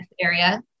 area